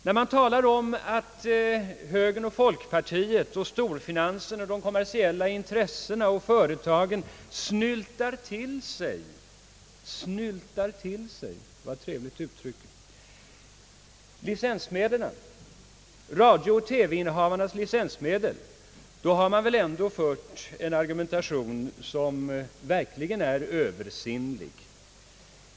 När man talar om att högern, folkpartiet, finansintressena, de kommersiella intressena och = storföretagen »snyltar till sig» — det var ett otrevligt uttryck — radiooch TV-innehavarnas licensmedel, då har man väl ändå fört en argumentation som verkligen är »Översinnlig».